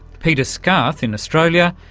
peter scarth in australia,